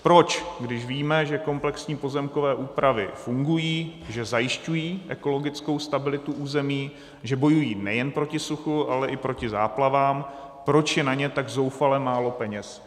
Proč, když víme, že komplexní pozemkové úpravy fungují, že zajišťují ekologickou stabilitu území, že bojují nejen proti suchu, ale i proti záplavám, proč je na ně tak zoufale málo peněz?